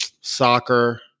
soccer